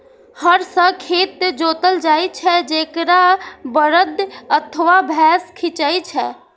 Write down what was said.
हर सं खेत जोतल जाइ छै, जेकरा बरद अथवा भैंसा खींचै छै